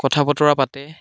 কথা বতৰা পাতে